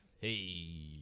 Hey